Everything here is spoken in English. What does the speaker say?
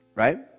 Right